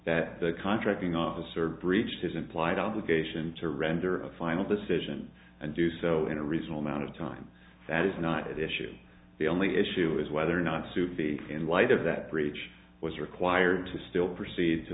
that the contracting officer breached his implied obligation to render a final decision and do so in a reasonable amount of time that is not at issue the only issue is whether or not to be in light of that breach was required to still proceed to